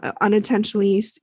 unintentionally